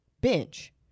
bench